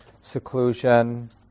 seclusion